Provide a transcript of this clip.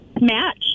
Match